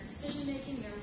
decision-making